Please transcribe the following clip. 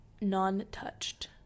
non-touched